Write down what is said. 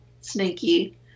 snaky